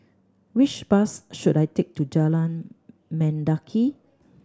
which bus should I take to Jalan Mendaki